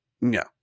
No